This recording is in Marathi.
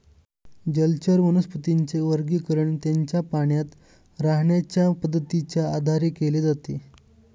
जलचर वनस्पतींचे वर्गीकरण त्यांच्या पाण्यात राहण्याच्या पद्धतीच्या आधारे केले जाते